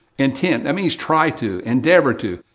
intend, that means, tried to, endeavor to.